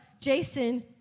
Jason